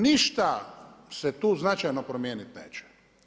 Ništa se tu značajno promijenit neće.